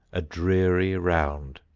a dreary round.